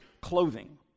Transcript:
clothing